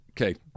Okay